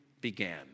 Began